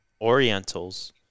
Orientals